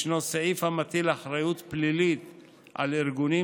ישנו סעיף המטיל אחריות פלילית על ארגונים